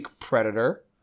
predator